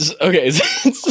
Okay